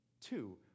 Two